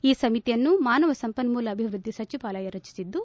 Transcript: ಈ ಸಮಿತಿಯನ್ನು ಮಾನವ ಸಂಪನ್ನೂಲ ಅಭಿವೃದ್ದಿ ಸಚಿವಾಲಯ ರಚಿಸಿದ್ದು